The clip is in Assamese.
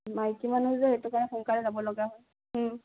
মাইকী মানুহ যে সেইটো কাৰণে সোনকালে যাব লগা হয়